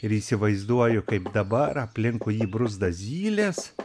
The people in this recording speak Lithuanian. ir įsivaizduoju kaip dabar aplinkui jį bruzda zylės